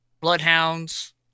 bloodhounds